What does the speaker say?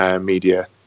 media